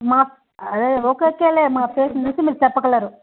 అదే మా ఫేసును చూసి మీరు చెప్పగలరు